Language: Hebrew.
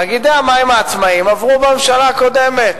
תאגידי המים העצמאיים עברו בממשלה הקודמת,